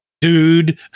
dude